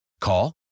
Call